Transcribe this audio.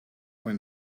when